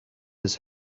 his